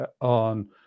on